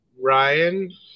Ryan